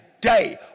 day